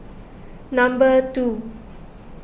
number two